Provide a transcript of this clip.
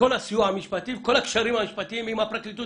את כל הסיוע המשפטי וכל הקשרים המשפטיים עם הפרקליטות